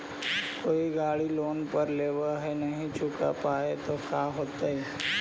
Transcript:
कोई गाड़ी लोन पर लेबल है नही चुका पाए तो का होतई?